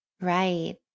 Right